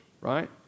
right